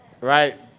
Right